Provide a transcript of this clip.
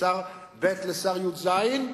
שר ב' לשר י"ז,